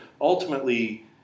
ultimately